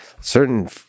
certain